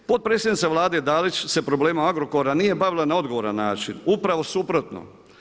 Potpredsjednica Vlade Dalić se problemom Agrokora nije bavila na odgovoran način, upravo suprotno.